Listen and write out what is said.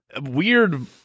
weird